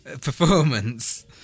performance